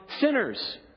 sinners